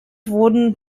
wurden